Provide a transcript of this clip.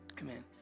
Amen